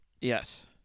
Yes